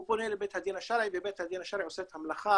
הוא פונה לבית הדין השרעי ובית הדין השרעי עושה את המלאכה